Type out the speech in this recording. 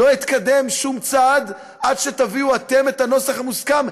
לא אתקדם שום צעד עד שתביאו אתם את הנוסח המוסכם.